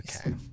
Okay